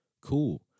cool